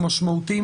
זמני,